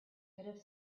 have